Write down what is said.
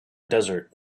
desert